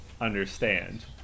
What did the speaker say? understand